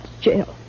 Jail